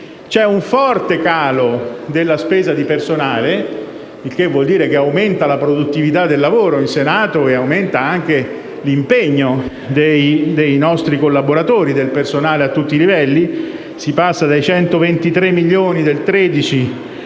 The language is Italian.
c'è un forte calo nella spesa per il personale, il che vuol dire che aumenta la produttività del lavoro in Senato e aumenta anche l'impegno dei nostri collaboratori e del personale a tutti i livelli (si passa dai 123 milioni del 2013 ai